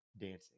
dancing